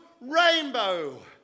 rainbow